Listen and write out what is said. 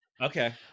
Okay